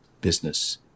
business